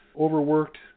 overworked